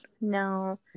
No